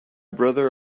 brother